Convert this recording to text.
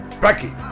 Becky